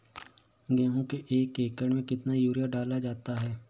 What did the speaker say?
गेहूँ के एक एकड़ में कितना यूरिया डाला जाता है?